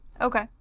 Okay